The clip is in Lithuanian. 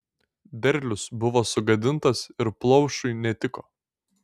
derlius buvo sugadintas ir plaušui netiko